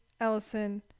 Ellison